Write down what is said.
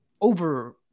over